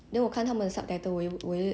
but then okay lah